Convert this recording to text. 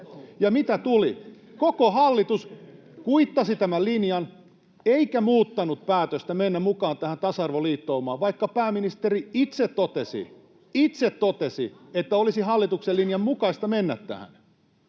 ja mitä tuli? Koko hallitus kuittasi tämän linjan eikä muuttanut päätöstä mennä mukaan tähän tasa-arvoliittoumaan, vaikka pääministeri itse totesi — itse totesi — [Ville Tavion välihuuto] että